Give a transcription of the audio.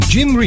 Jim